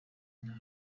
nta